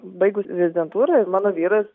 baigus rezidentūrą ir mano vyras